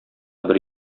бер